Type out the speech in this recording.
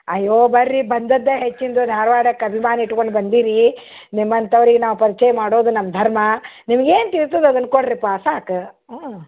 ಅಯ್ಯೋ ಬನ್ರಿ ಬಂದಿದ್ದೆ ಹೆಚ್ಚಿಂದು ಧಾರ್ವಾಡಕ್ಕೆ ಅಭಿಮಾನ ಇಟ್ಕೊಂಡು ಬಂದೀರಿ ನಿಮ್ಮಂಥೋರಿಗೆ ನಾವು ಪರ್ಚಯ ಮಾಡೋದು ನಮ್ಮ ಧರ್ಮ ನಿಮ್ಗೆ ಏನು ತಿಳೀತದೆ ಅದನ್ನು ಕೊಡ್ರಿಪ್ಪ ಸಾಕು ಹ್ಞೂ